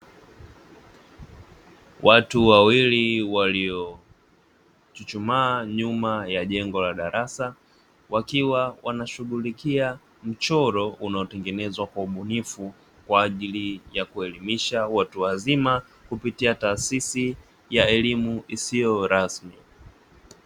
Watu wawili waliochuchumaa nyuma ya jengo la darasa wakiwa wanashughulikia mchoro unaotengenezwa kwa ubunifu, kwa ajili ya kuelimisha watu wazima kupitia taasisi ya elimu isiyo rasmi.